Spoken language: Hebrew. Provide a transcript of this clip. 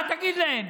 מה תגיד להם?